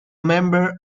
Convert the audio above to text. member